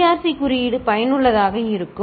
C குறியீடு பயனுள்ளதாக இருக்கும் சரி